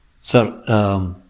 Sir